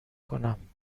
کنم